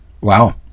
Wow